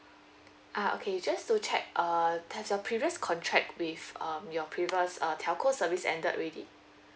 ah okay just to check err does your previous contract with um your previous uh telco service ended already